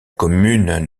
commune